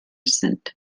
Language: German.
sind